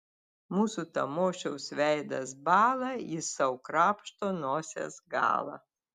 mūsų tamošiaus veidas bąla jis sau krapšto nosies galą